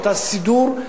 את הסידור,